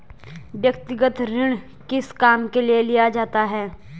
व्यक्तिगत ऋण किस काम के लिए किया जा सकता है?